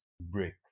break